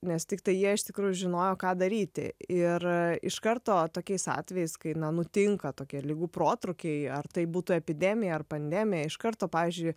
nes tiktai jie iš tikrųjų žinojo ką daryti ir iš karto tokiais atvejais kai na nutinka tokie ligų protrūkiai ar tai būtų epidemija ar pandemija iš karto pavyzdžiui